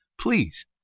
Please